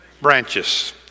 Branches